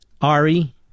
Ari